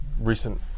recent